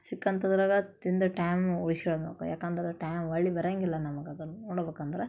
ಸಿಕ್ಕಂಥದರಾಗ ತಿಂದು ಟ್ಯಾಮು ಉಳ್ಸ್ಕೊಳ್ಬೇಕು ಯಾಕಂದ್ರೆ ಟ್ಯಾಮ್ ಹೊಳ್ಳಿ ಬರಂಗಿಲ್ಲ ನಮ್ಗೆ ಅದನ್ನು ನೋಡ್ಬಕಂದ್ರೆ